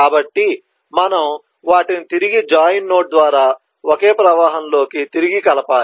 కాబట్టి మనము వాటిని తిరిగి జాయిన్ నోడ్ ద్వారా ఒకే ప్రవాహంలోకి తిరిగి కలపాలి